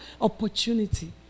opportunity